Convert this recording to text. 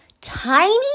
tiny